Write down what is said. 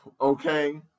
okay